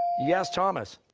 yes, thomas.